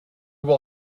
will